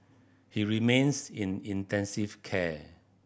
he remains in intensive care